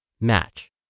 match